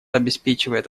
обеспечивает